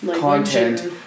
Content